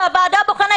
שהוועדה הבוחנת,